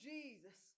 Jesus